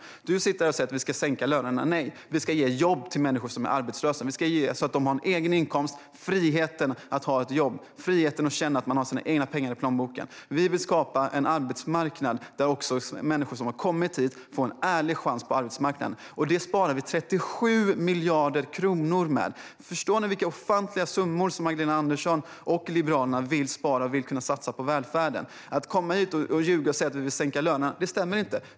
Du står här, Nooshi Dadgostar, och säger att vi ska sänka lönerna. Nej - vi ska ge jobb till människor som är arbetslösa, så att de har en egen inkomst och kan känna friheten i att ha ett jobb och att ha sina egna pengar i plånboken. Vi vill skapa en arbetsmarknad där också människor som har kommit hit får en ärlig chans. På detta sparar vi 37 miljarder kronor. Förstår ni vilka ofantliga summor som Magdalena Andersson och Liberalerna vill spara och vill kunna satsa på välfärden? Det stämmer inte att vi vill sänka lönerna.